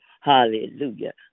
Hallelujah